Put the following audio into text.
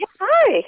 hi